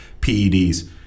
PEDs